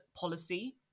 policy